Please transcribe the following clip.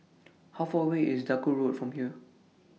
How Far away IS Duku Road from here